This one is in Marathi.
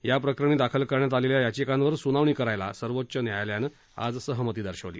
या प्रकरणी दाखल करण्यात आलेल्या याचिकांवर सुनावणी करायला सर्वोच्च न्यायालयानं आज सहमती दर्शवली